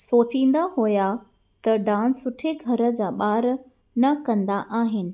सोचींदा हुआ त डांस सुठे घर जा ॿार न कंदा आहिनि